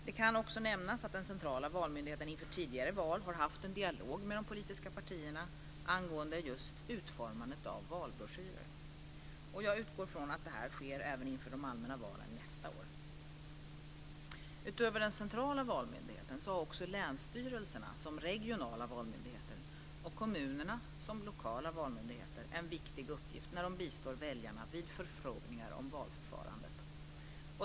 Det kan också nämnas att den centrala valmyndigheten inför tidigare val har haft en dialog med de politiska partierna angående utformandet av valbroschyrer. Jag utgår från att detta sker även inför de allmänna valen nästa år. Utöver den centrala valmyndigheten har även länsstyrelserna som regionala valmyndigheter och kommunerna som lokala valmyndigheter en viktig uppgift när de bistår väljarna vid förfrågningar om valförfarandet.